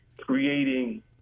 creating